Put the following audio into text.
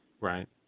Right